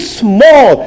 small